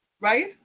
Right